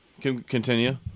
Continue